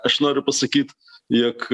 aš noriu pasakyt jog